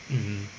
mmhmm